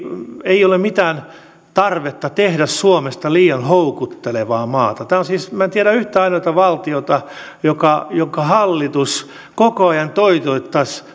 ei ole mitään tarvetta tehdä suomesta liian houkuttelevaa maata minä en tiedä yhtään ainoata valtiota jonka hallitus koko ajan toitottaisi